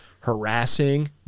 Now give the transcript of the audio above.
harassing